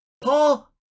Paul